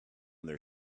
their